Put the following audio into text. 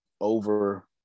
over